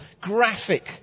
graphic